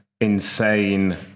insane